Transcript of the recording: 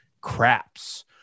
craps